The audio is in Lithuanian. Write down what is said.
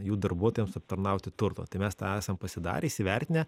jų darbuotojams aptarnauti turto tai mes tą esam pasidarę įsivertinę